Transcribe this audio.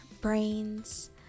brains